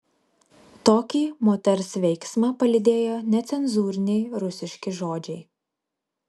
tokį moters veiksmą palydėjo necenzūriniai rusiški žodžiai